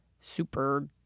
super